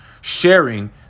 sharing